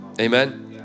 amen